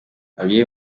babyeyi